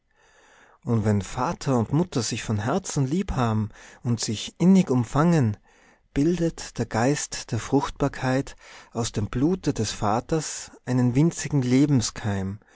und wenn vater und mutter sich von herzen lieb haben und sich innig umfangen bildet der geist der fruchtbarkeit aus dem blute des vaters einen winzigen